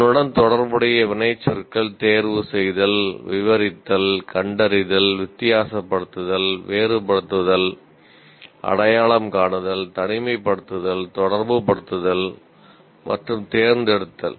அதனுடன் தொடர்புடைய வினைச்சொற்கள் தேர்வு செய்தல் விவரித்தல் கண்டறிதல் வித்தியாசப்படுத்துதல் வேறுபடுத்துதல் அடையாளம் காணுதல் தனிமைப்படுத்துதல் தொடர்புபடுத்துதல் மற்றும் தேர்ந்தெடுத்தல்